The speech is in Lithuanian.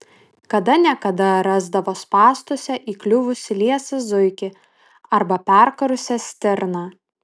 kada ne kada rasdavo spąstuose įkliuvusį liesą zuikį arba perkarusią stirną